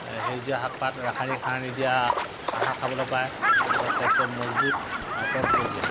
সেউজীয়া শাক পাত ৰাসায়নিক সাৰ নিদিয়া আহাৰ খাবলৈ পায় তেওঁলোকৰ স্বাস্থ্য মজবুত আৰু তজবজীয়া